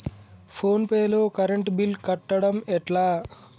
Phone pay లో current bill కట్టడం ఎట్లా?